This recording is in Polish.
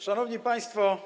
Szanowni Państwo!